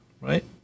right